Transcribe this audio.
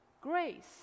Grace